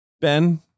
Ben